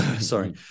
sorry